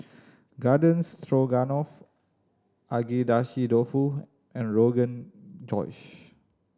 Garden Stroganoff Agedashi Dofu and Rogan Josh